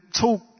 talk